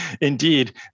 indeed